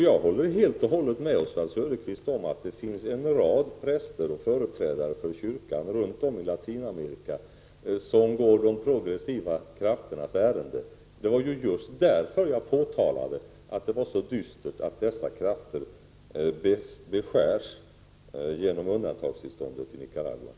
Jag håller helt och hållet med Oswald Söderqvist om att det runt om i Latinamerika finns en rad präster och företrädare för kyrkan som går de progressiva krafternas ärenden. Det var just därför som jag påpekade att det var så dystert att dessa krafter beskärs genom undantagstillståndet i Nicaragua.